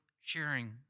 sharing